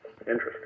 Interesting